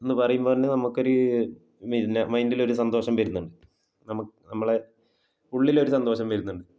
എന്ന് പറയുമ്പോൾ തന്നെ നമ്മൾക്കൊരു പിന്നെ മൈൻഡിലൊരു സന്തോഷം വരുന്നുണ്ട് നമ്മളെ ഉള്ളിലൊരു സന്തോഷം വരുന്നുണ്ട്